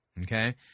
okay